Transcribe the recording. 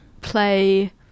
play